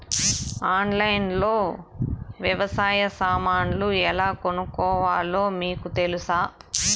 ఆన్లైన్లో లో వ్యవసాయ సామాన్లు ఎలా కొనుక్కోవాలో మీకు తెలుసా?